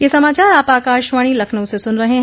ब्रे क यह समाचार आप आकाशवाणी लखनऊ से सुन रहे हैं